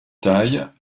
taille